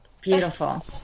beautiful